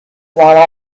while